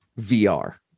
VR